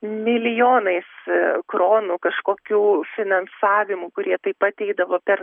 milijonais kronų kažkokių finansavimų kurie taip eidavo per